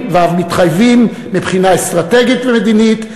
ואף מתחייבים מבחינה אסטרטגית ומדינית,